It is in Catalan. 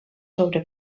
sobre